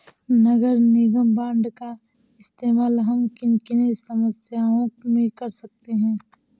नगर निगम बॉन्ड का इस्तेमाल हम किन किन समस्याओं में कर सकते हैं?